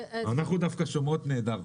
אנחנו דווקא שומעות נהדר.